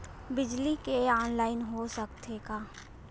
बिजली के ऑनलाइन हो सकथे का?